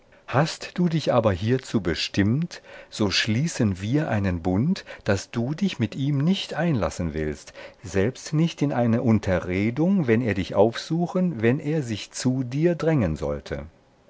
hast du dich aber hierzu bestimmt so schließen wir einen bund daß du dich mit ihm nicht einlassen willst selbst nicht in eine unterredung wenn er dich aufsuchen wenn er sich zu dir drängen sollte